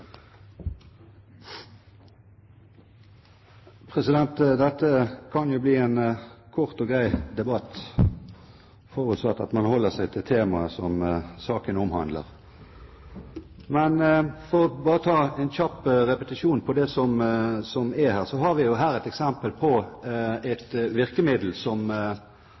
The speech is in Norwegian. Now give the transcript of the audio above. Dette kan jo bli en kort og grei debatt, forutsatt at man holder seg til temaet som saken omhandler. For bare å ta en kjapp repetisjon av det som er saken: Vi har her et eksempel på et virkemiddel som